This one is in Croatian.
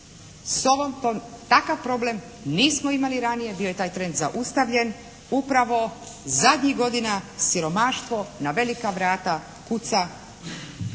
Dakle takav problem nismo imali ranije, bio je taj trend zaustavljen. Upravo zadnjih godina siromaštvo na velika vrata kuca